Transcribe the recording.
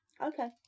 okay